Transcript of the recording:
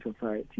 society